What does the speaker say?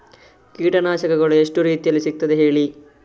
ಕೀಟನಾಶಕಗಳು ಎಷ್ಟು ರೀತಿಯಲ್ಲಿ ಸಿಗ್ತದ ಹೇಳಿ